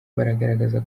bagaragaza